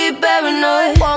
paranoid